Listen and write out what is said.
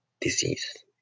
disease